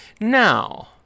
Now